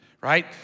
right